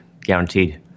guaranteed